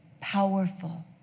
powerful